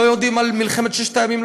לא יודעים על מלחמת ששת הימים,